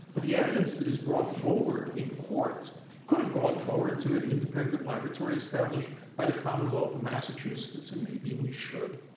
but the evidence that is brought forward in court could have gone forward to an independent laboratory established by the commonwealth massachusetts and maybe we should.